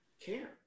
care